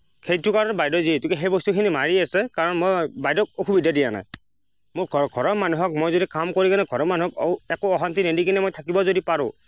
সেইটো কাৰণে বাইদেৱে যিহেতুকে বাইদেউ সেই বস্তুখিনি মাৰি আছে কাৰণ মই বাইদেউক অসুবিধা দিয়া নাই মোৰ ঘৰৰ মানুহক মই যদি কাম কৰি কেনে ঘৰৰ মানুহক একো অশান্তি নিদি কিনে মই থাকিব যদি পাৰোঁ